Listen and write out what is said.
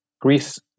Greece